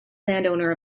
landowner